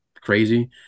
crazy